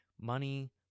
money